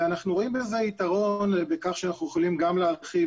אנחנו רואים בזה יתרון בכך שאנחנו יכולים להרחיב